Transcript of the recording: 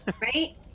right